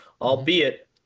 Albeit